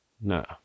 No